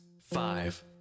five